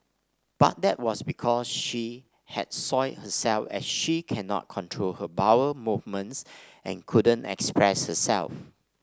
but that was because she had soiled herself as she cannot control her bowel movements and couldn't express herself